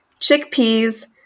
Chickpeas